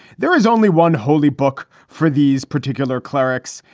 there is only one holy book for these particular clerics.